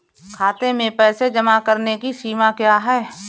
खाते में पैसे जमा करने की सीमा क्या है?